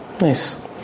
Nice